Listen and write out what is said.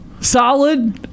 Solid